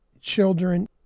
children